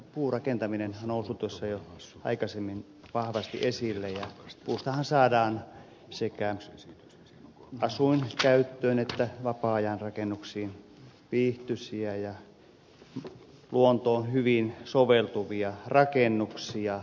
puurakentaminenhan on noussut jo aikaisemmin vahvasti esille ja puustahan saadaan sekä asuin että vapaa aikakäyttöön viihtyisiä ja luontoon hyvin soveltuvia rakennuksia